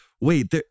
wait